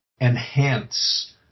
enhance